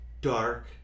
dark